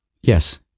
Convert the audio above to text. Yes